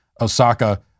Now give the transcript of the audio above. Osaka